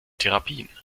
therapien